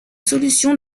solutions